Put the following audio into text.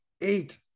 Eight